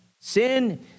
Sin